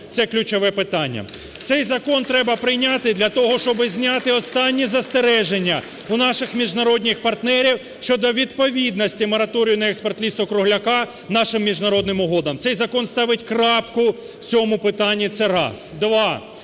Це ключове питання. Цей закон треба прийняти для того, щоб зняти останні застереження у наших міжнародних партнерів щодо відповідності мораторію на експорт лісу-кругляка нашим міжнародним угодам. Цей закон ставить крапку в цьому питанні. Це раз. Два.